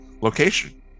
location